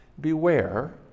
Beware